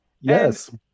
Yes